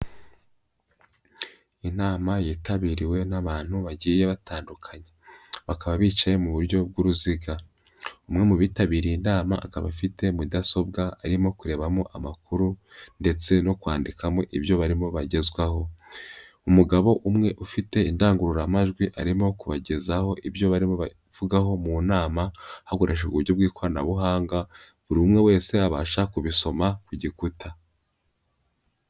Inama yitabiriwe n'abantu bagiye batandundukanye. Bakaba bicaye mu buryo bw'uruziga. Umwe mu bitabiriye inama, akaba afite mudasobwa arimo kurebamo amakuru ndetse no kwandikamo ibyo barimo bagezwaho. Umugabo umwe ufite indangururamajwi arimo kubagezaho ibyo barimo bavugaho mu nama, hakoreshejwe uburyo bw'ikoranabuhanga, buri umwe wese abasha kubisoma ku gikuta.